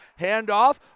Handoff